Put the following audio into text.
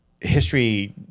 history